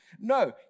No